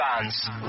fans